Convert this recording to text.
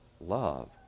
love